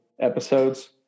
episodes